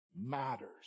matters